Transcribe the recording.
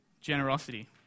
generosity